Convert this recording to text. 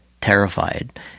terrified